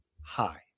hi